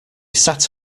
sat